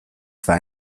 zwar